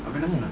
mm